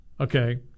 Okay